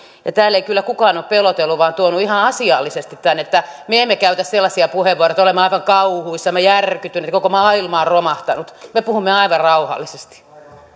ja täällä ei kyllä kukaan ole pelotellut vaan on tuonut ihan asiallisesti tämän esiin me emme käytä sellaisia puheenvuoroja että olemme aivan kauhuissamme järkyttyneitä koko maailma on romahtanut me puhumme aivan rauhallisesti